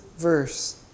Verse